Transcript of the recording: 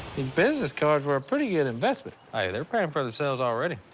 these business cards were a pretty good investment. hey, they're paying for themselves already.